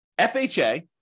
FHA